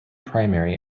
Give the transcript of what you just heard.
primary